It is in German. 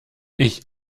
ich